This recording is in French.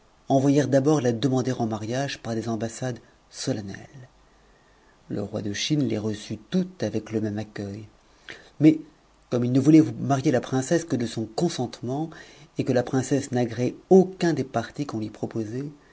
envoyèrent d'abord la demander en mariage par des ambassades solennelles le roi de chine les reçut toutes avec ie même accueil mais comme il ne voûtait marier la princesse que de son consentement et que la princesse n'agréait aucun des partis qu'on lui proposait